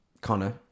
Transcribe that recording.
Connor